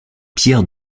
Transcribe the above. pierre